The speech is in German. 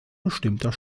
bestimmter